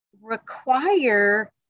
require